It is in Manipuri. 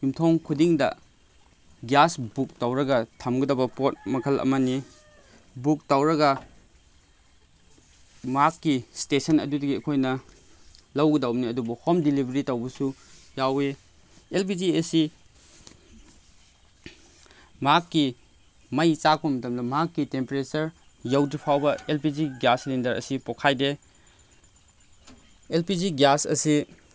ꯌꯨꯝꯊꯣꯡ ꯈꯨꯗꯤꯡꯗ ꯒ꯭ꯌꯥꯁ ꯕꯨꯛ ꯇꯧꯔꯒ ꯊꯝꯒꯗ ꯄꯣꯠ ꯃꯈꯜ ꯑꯃꯅꯤ ꯕꯨꯛ ꯇꯧꯔꯒ ꯃꯍꯥꯛꯀꯤ ꯏꯁꯇꯦꯁꯟ ꯑꯗꯨꯗꯒꯤ ꯑꯩꯈꯣꯏꯅ ꯂꯧꯒꯗꯧꯕꯅꯤ ꯑꯗꯨꯕꯨ ꯍꯣꯝ ꯗꯤꯂꯤꯚꯔꯤ ꯇꯧꯕꯁꯨ ꯌꯥꯎꯋꯤ ꯑꯦꯜ ꯄꯤ ꯖꯤ ꯑꯁꯤ ꯃꯍꯥꯛꯀꯤ ꯃꯩ ꯆꯥꯛꯄ ꯃꯇꯝꯗ ꯃꯍꯥꯛꯀꯤ ꯇꯦꯝꯄꯔꯦꯆꯔ ꯌꯧꯗ꯭ꯔꯤꯐꯥꯎꯕ L P G gas cylinder ꯑꯁꯤ ꯄꯣꯛꯈꯥꯏꯗꯦ ꯑꯦꯜ ꯄꯤ ꯖꯤ ꯒ꯭ꯌꯥꯁ ꯑꯁꯤ